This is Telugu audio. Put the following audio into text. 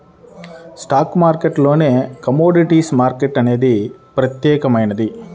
స్టాక్ మార్కెట్టులోనే కమోడిటీస్ మార్కెట్ అనేది ప్రత్యేకమైనది